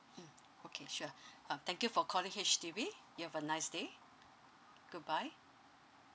mm okay sure uh thank you for calling H_D_B you have a nice day goodbye